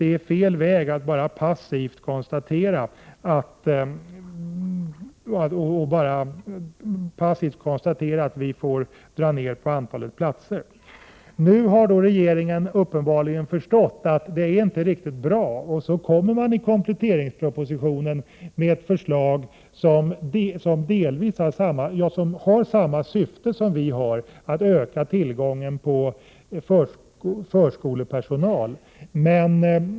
| Det är fel väg att gå att bara passivt konstatera att antalet platser måste dras ned. | Regeringen har uppenbarligen förstått att situationen inte är bra, varför man i kompletteringspropositionen framlägger förslag med samma syfte som vi har, nämligen att öka tillgången på förskolepersonal.